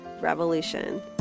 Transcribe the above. revolution